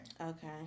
Okay